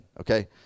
okay